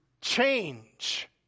change